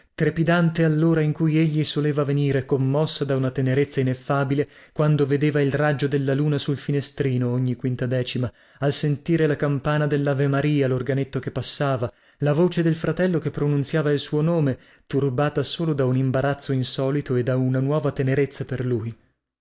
trepidante allora in cui egli soleva venire commossa da una tenerezza ineffabile quando vedeva il raggio della luna sul finestrino ogni quintadecima al sentire la campana dellavemaria lorganetto che passava la voce del fratello che pronunziava il suo nome turbata solo da un imbarazzo insolito e da una nuova tenerezza per lui